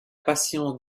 patience